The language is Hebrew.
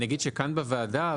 אני אגיד שכאן בוועדה,